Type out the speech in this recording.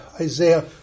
Isaiah